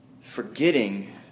Forgetting